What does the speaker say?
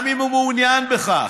גם אם הם מעוניינים בכך,